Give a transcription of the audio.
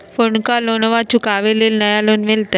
पुर्नका लोनमा चुकाबे ले नया लोन मिलते?